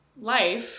life